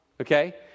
okay